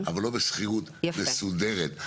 אבל לא בשכירות מסודרת.